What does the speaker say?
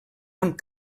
amb